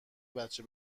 بچه